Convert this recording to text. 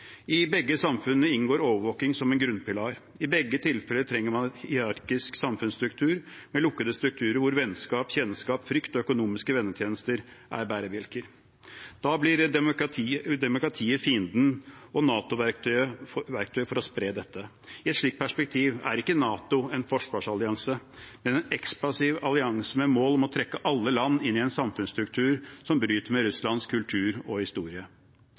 I begge samfunnene inngår overvåkning som en grunnpilar, i begge tilfeller trenger man en hierarkisk samfunnsstruktur med lukkede strukturer hvor vennskap, kjennskap, frykt og økonomiske vennetjenester er bærebjelker. Da blir demokratiet fienden og NATO verktøyet for å spre dette. I et slikt perspektiv er ikke NATO en forsvarsallianse, men en ekspansiv allianse med mål om å trekke alle land inn i en samfunnsstruktur som bryter med Russlands kultur og historie.